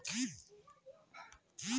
जीरा भारतेर सब स अहम मसालात ओसछेख